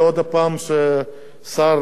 ששר בורח לנו